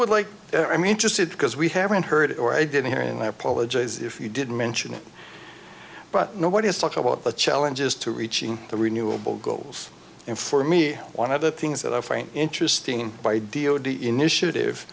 would like i'm interested because we haven't heard or i didn't hear and i apologize if you didn't mention it but nobody has talked about the challenges to reaching the renewable goals and for me one of the things that i find interesting and by d o d initiative